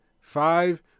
five